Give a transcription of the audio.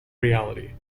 reality